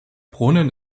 brunnen